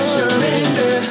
Surrender